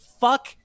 Fuck